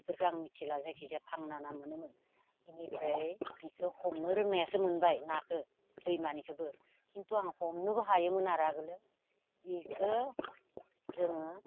बेफोरखौ आं मिथिला जायखिजाया भांना ना मोनोमोन बेनिफ्राय बेखौ हमनो रोंनायासो मोनबाय नाखौ दैमानिखौबो खिन्थु आं हमनोबो हायोमोन आरो आगोलो बेखौ जोङो